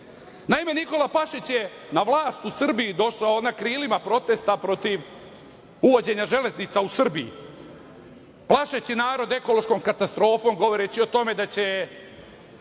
veze. Naime, Nikola Pašić je na vlast u Srbiji došao na krilima protesta protiv uvođenja železnica u Srbiji plašeći narod ekološkom katastrofom, govoreći o tome da će